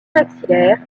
maxillaire